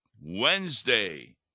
Wednesday